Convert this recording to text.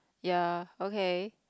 ya okay